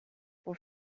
voor